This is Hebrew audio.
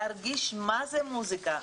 להרגיש מה זה מוסיקה,